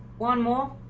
one wall,